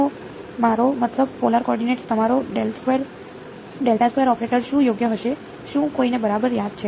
તો મારો મતલબ પોલાર કોઓર્ડિનેટ્સમાં તમારો ઓપરેટર શું યોગ્ય હશે શું કોઈને બરાબર યાદ છે